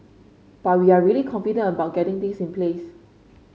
but we're really confident about getting things in place